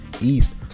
East